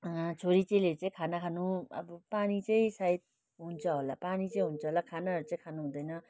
छोरी चेलीहरूले खाना खानु अब पानी चाहिँ सायद हुन्छ होला पानी चाहिँ हुन्छ होला खानाहरू चाहिँ खानु हुँदैन